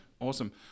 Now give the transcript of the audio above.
Awesome